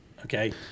Okay